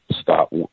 stop